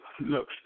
Look